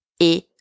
et